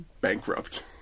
bankrupt